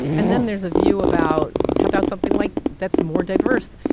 and then there's a view about how about something, like, that's more diverse?